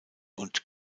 und